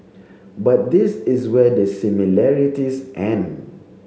but this is where the similarities end